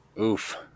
Oof